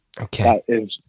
okay